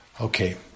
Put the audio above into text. Okay